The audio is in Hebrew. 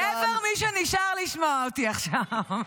גבר מי שנשאר לשמוע אותי עכשיו.